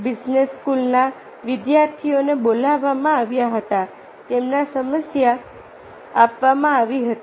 business સ્કૂલના વિદ્યાર્થીઓને બોલાવવામાં આવ્યા હતા તેમને સમસ્યા આપવામાં આવી હતી